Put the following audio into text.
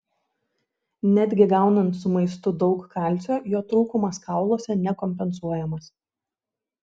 netgi gaunant su maistu daug kalcio jo trūkumas kauluose nekompensuojamas